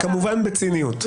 נאמר בציניות.